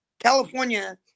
California